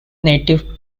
native